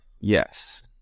Yes